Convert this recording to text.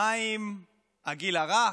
מה עם הגיל הרך?